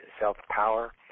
self-power